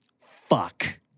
Fuck